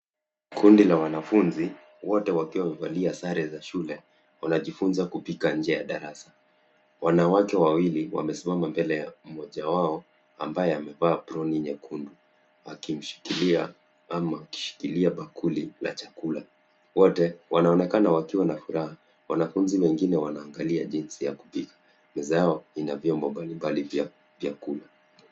Kundi la wanafunzi, wote wakiwa wamevalia sare za shule, wanajifunza kupika nje ya darasa. Wanawake wawili wamesimama mbele ya mmoja wao, ambaye amevaa aproni nyekundu, akimshikilia ama akishikilia bakuli la chakula. Wote wanaonekana wakiwa na furaha. Wanafunzi wengine wanaangalia jinsi ya kupika. Meza yao ina vyombo mbalimbali vya vyakula.